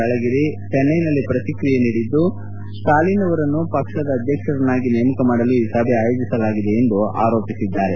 ಅಳಗಿರಿ ಜೆನ್ನೈನಲ್ಲಿ ಪ್ರತಿಕ್ರಿಯೆ ನೀಡಿದ್ದು ಸ್ಟಾಲಿನ್ ಅವರನ್ನು ಪಕ್ಷದ ಅಧ್ಯಕ್ಷರನ್ನಾಗಿ ನೇಮಕ ಮಾಡಲು ಈ ಸಭೆ ಅಯೋಜಿಸಲಾಗಿದೆ ಎಂದು ಅರೋಪಿಸಿದ್ದಾರೆ